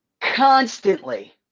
constantly